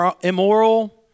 immoral